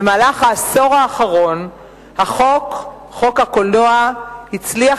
במהלך העשור האחרון חוק הקולנוע הצליח